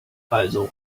also